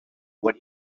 what